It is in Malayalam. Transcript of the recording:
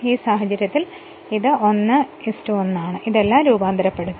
ഈ സാഹചര്യത്തിൽ ഇത് 11 ആണ് ഇതെല്ലാം രൂപാന്തരപ്പെടുന്നു